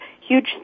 huge